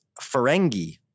Ferengi